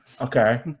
Okay